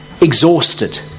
exhausted